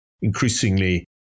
increasingly